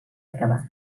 acabà